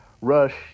Rush